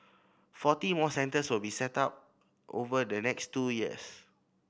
forty more centres will be set up over the next two years